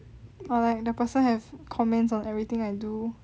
or like the person have comments on everything I do